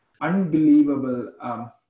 unbelievable